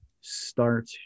start